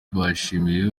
bashimiwe